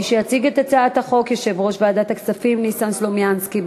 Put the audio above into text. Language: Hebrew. מי שיציג את הצעת החוק הוא יושב-ראש ועדת הכספים ניסן סלומינסקי.